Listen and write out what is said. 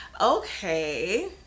okay